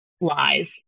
lies